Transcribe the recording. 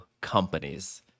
companies